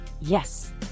Yes